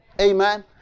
Amen